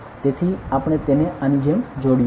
તેથી આપણે તેને આની જેમ જોડ્યું છે